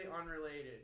unrelated